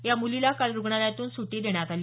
या मुलीला काल रुग्णालयातून सुटी देण्यात आली